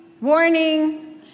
warning